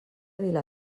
vila